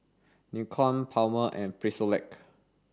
Nikon Palmer's and Frisolac